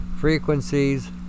frequencies